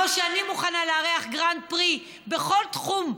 כמו שאני מוכנה לארח גרנד פרי בכל תחום,